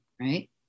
right